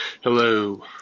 Hello